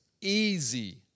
easy